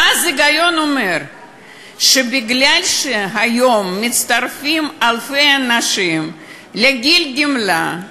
ואז ההיגיון אומר שמכיוון שהיום מצטרפים אלפי אנשים לגיל גמלה,